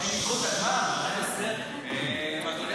אדוני